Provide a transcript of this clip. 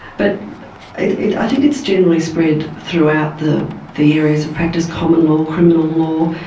but i think it's generally spread throughout the the areas of practice, common law, criminal law.